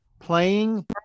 playing